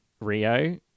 Rio